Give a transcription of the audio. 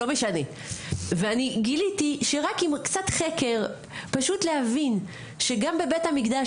לא משנה ואני גיליתי שרק אם קצת חקר פשוט להבין שגם בבית המקדש